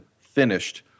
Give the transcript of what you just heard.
finished